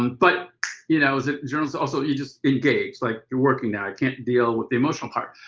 um but you know journalists also you just engage. like you're working now, i can't deal with the emotional part.